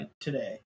today